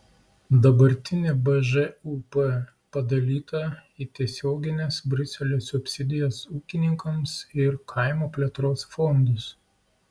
dabartinė bžūp padalyta į tiesiogines briuselio subsidijas ūkininkams ir kaimo plėtros fondus